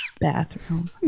bathroom